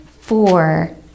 four